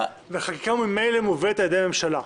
וחקיקה ממילא מובאת על ידי הממשלה.